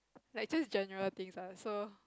like just general things lah so